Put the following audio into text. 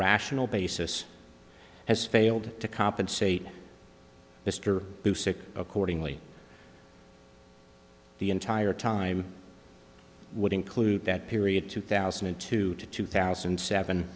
rational basis has failed to compensate mr accordingly the entire time would include that period two thousand and two to two thousand